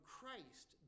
Christ